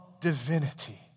divinity